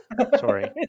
Sorry